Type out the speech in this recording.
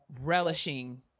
relishing